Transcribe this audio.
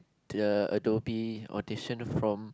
the Adobe audition from